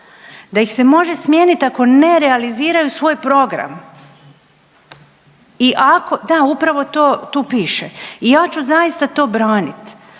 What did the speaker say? da ih se može smijeniti ako ne realiziraju svoj program i ako, da upravo to tu piše i ja ću zaista to braniti